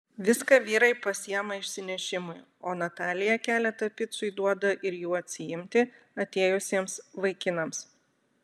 viską vyrai pasiima išsinešimui o natalija keletą picų įduoda ir jų atsiimti atėjusiems vaikinams